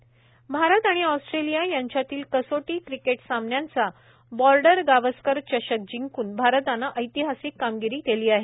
cricket एअर भारत आणि Australia यांच्यातील कसोटी क्रिकेट सामन्यांचा बॉर्तर गावस्कर चषक जिंकून भारतानं ऐतिहासिक कामगिरी केली आहे